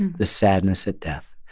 the sadness at death,